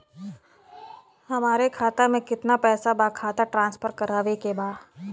हमारे खाता में कितना पैसा बा खाता ट्रांसफर करावे के बा?